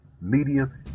medium